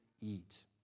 eat